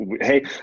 hey